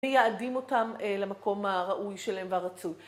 מייעדים אותם למקום הראוי שלהם והרצוי.